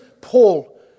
Paul